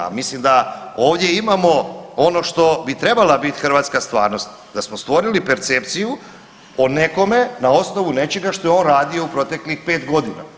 Mislim da ovdje imamo ono što bi trebala bit hrvatska stvarnost, da smo stvorili percepciju o nekome na osnovu nečega što je on radio u proteklih 5 godina.